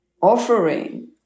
offering